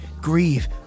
Grieve